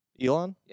Elon